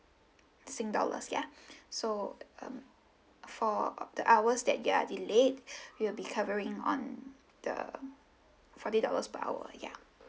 sing dollars ya so um for uh the hours that you're delayed we will be covering on the forty dollars per hour ya